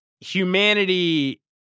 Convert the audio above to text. humanity